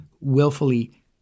willfully